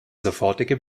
sofortige